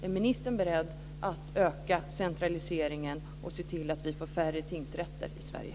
Är ministern beredd att öka centraliseringen och se till att vi får färre tingsrätter i Sverige?